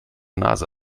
nase